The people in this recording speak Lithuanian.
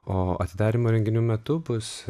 o atidarymo renginių metu bus